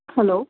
hello